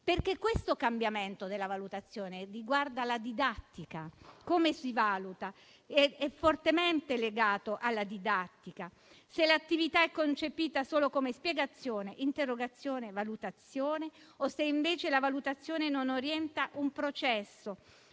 Questo cambiamento della valutazione riguarda infatti la didattica. Come si valuta è fortemente legato alla didattica. Se l'attività è concepita solo come spiegazione, interrogazione, valutazione o se invece la valutazione non orienta un processo,